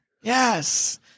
Yes